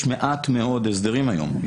יש מעט מאוד הסדרים היום.